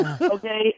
Okay